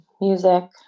music